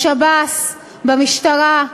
בשב"ס, במשטרה,